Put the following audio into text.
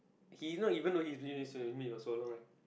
he not even know he's been with so with me for so long right